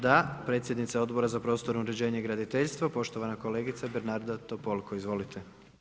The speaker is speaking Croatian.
Da, predsjednica Odbora za prostorno uređenje i graditeljstvo, poštovan kolegica Bernarda Topolko, izvolite.